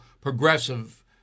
progressive